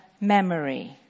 memory